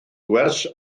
gwers